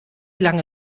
lange